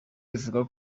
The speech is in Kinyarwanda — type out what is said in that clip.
ivuga